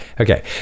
okay